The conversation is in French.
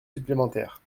supplémentaires